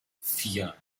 vier